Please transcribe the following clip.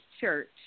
church